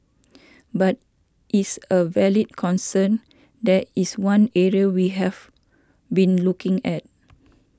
but is a valid concern that is one area we have been looking at